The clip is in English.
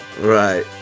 Right